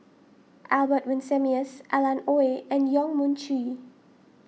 Albert Winsemius Alan Oei and Yong Mun Chee